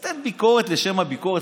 מכולם לשתף פעולה בעניין הזה.